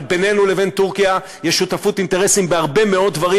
אבל בינינו לבין טורקיה יש שותפות אינטרסים בהרבה מאוד דברים,